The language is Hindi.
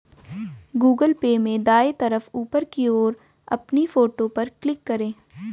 गूगल पे में दाएं तरफ ऊपर की ओर अपनी फोटो पर क्लिक करें